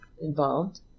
involved